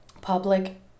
public